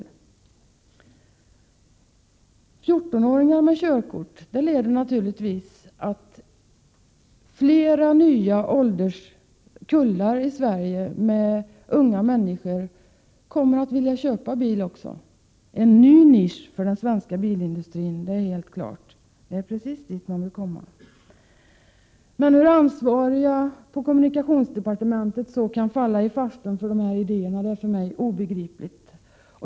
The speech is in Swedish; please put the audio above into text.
Om 14-åringar får ta körkort, leder det naturligtvis till att fler nya ålderskullar av unga människor i Sverige kommer att vilja köpa en bil — alltså helt klart en ny nisch för den svenska bilindustrin. Det är precis dit man vill komma. Hur ansvariga på kommunikationsdepartementet så kan falla i farstun för de här idéerna är för mig obegripligt.